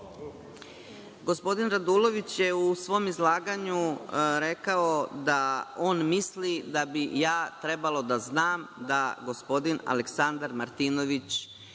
Gospodin Radulović je u svom izlaganju rekao da on misli da bi ja trebalo da znam da gospodin Aleksandar Martinović